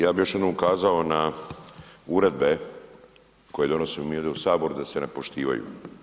Ja bih još jednom ukazao na uredbe koje donosimo mi ovdje u Saboru da se ne poštivaju.